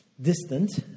distant